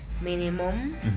minimum